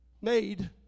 made